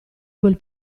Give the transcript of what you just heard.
quel